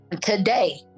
Today